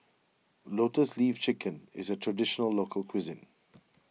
Lotus Leaf Chicken is a Traditional Local Cuisine